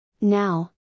Now